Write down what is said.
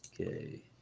okay